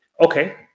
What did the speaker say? Okay